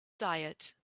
diet